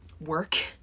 work